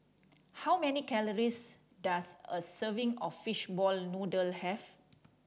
how many calories does a serving of fishball noodle have